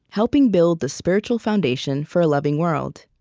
helping to build the spiritual foundation for a loving world.